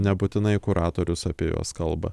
nebūtinai kuratorius apie juos kalba